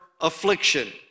affliction